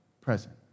present